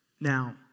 Now